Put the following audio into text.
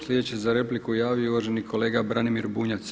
Sljedeći se za repliku javio uvaženi kolega Branimir Bunjac.